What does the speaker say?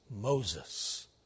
Moses